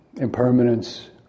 Impermanence